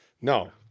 No